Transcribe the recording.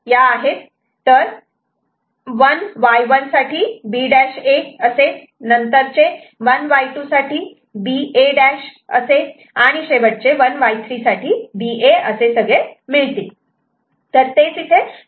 तर 1Y1 साठी B'A असे नंतरचे 1Y2 साठी BA' असे आणि शेवटचे 1Y 3 साठी BA असे सगळे असतील